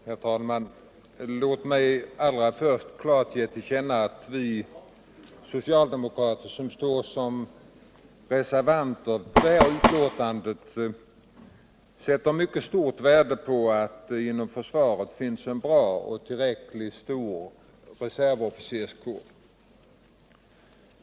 Herr talman! Låt mig allra först klart ge vill känna att vi socialdemokrater som står såsom reservanter i detta betänkande sätter mycket stort värde på att det inom försvaret finns en bra och tillräckligt stor reservofficerskår.